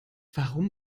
warum